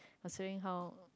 considering how